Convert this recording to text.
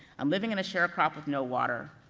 um living in a sharecrop with no water.